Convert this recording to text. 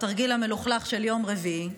התרגיל המלוכלך של יום רביעי,